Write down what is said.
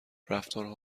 رفتارها